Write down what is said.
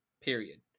period